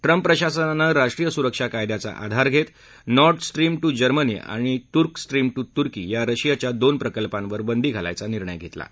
Trump प्रशासनानं राष्ट्रीय सुरक्षा कायद्याचा आधार घेत नॉर्ड स्ट्रिम टू जर्मनी आणि तुर्क स्ट्रिम टू तुर्की या रशियाच्या दोन प्रकल्पांवर बंदी घालायचा निर्णय घेतला आहे